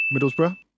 Middlesbrough